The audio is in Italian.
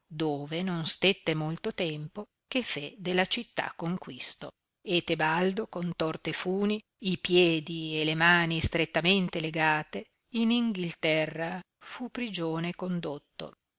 dove non stette molto tempo che fe'della città conquisto e tebaldo con torte funi i piedi e le mani strettamente legate in inghilterra fu prigione condotto